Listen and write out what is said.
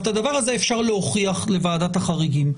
את הדבר הזה אפשר להוכיח לוועדת החריגים.